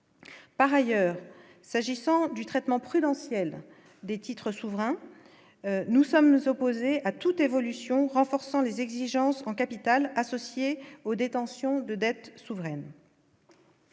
Par ailleurs, s'agissant du traitement prudentiel des titres souverains, nous sommes opposés à toute évolution, renforçant les exigences en capital associé aux détentions de dette souveraine.